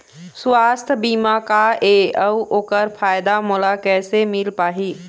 सुवास्थ बीमा का ए अउ ओकर फायदा मोला कैसे मिल पाही?